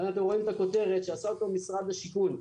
שעשה אותו משרד השיכון,